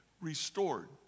Restored